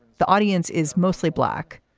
the audience is mostly black.